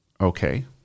okay